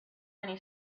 many